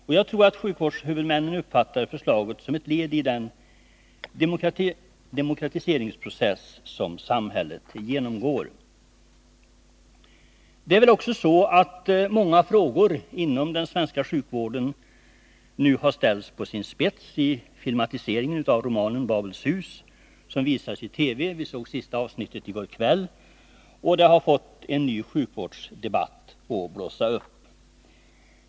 Och jag tror att sjukvårdshuvudmännen uppfattade förslaget som ett led i den demokratiseringsprocess som samhället genomgår. Det är väl också så att många frågor inom den svenska sjukvården nu har ställts på sin spets genom filmatiseringen av romanen Babels hus som visats i TV visåg det sista avsnittet i går kväll. Det har fått en ny sjukvårdsdebatt att blossa upp.